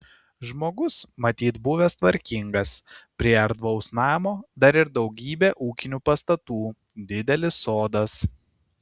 žmogus matyt buvęs tvarkingas prie erdvaus namo dar ir daugybė ūkinių pastatų didelis sodas